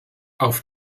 auf